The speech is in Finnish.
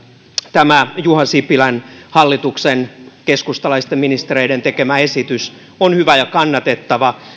tämä juha sipilän hallituksen keskustalaisten ministereiden tekemä esitys on hyvä ja kannatettava